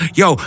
yo